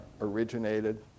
originated